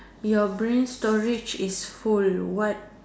your brain storage is full what